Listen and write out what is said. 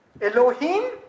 Elohim